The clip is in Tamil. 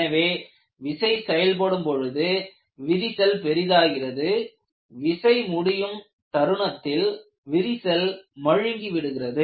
எனவே விசை செயல்படும் பொழுது விரிசல் பெரிதாகிறது விசை முடியும் தருணத்தில் விரிசல் மழுங்கிவிடுகிறது